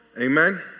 Amen